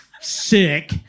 sick